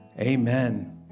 Amen